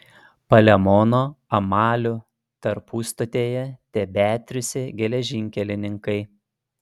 palemono amalių tarpustotėje tebetriūsė geležinkelininkai